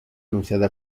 anunciada